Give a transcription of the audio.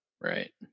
right